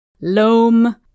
Loam